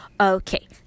Okay